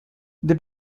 they